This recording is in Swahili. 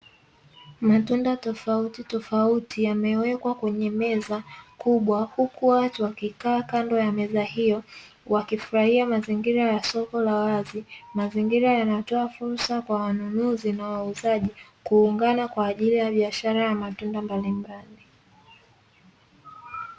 Matunda tofautitofauti, yamewekwa kwenye meza kubwa, huku watu wakikaa kando ya meza hiyo wakifurahia mazingira ya soko la wazi. Mazingira yanatoa fursa kwa wanunuzi na wauzaji kuungana kwa ajili ya biashara ya matunda mbalimbali.